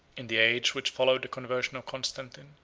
in the age which followed the conversion of constantine,